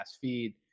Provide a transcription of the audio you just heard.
feed